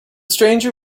stranger